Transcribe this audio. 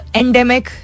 endemic